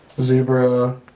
zebra